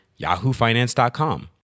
yahoofinance.com